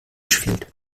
fehlt